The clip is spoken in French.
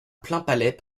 plainpalais